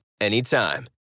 anytime